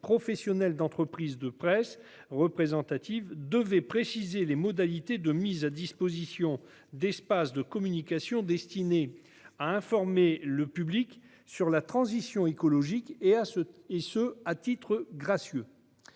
professionnelles d'entreprises de presse représentatives devait préciser les modalités de mise à disposition d'espaces de communication destinés à informer le public sur la transition écologique, et ce à titre gracieux.